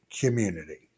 community